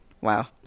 wow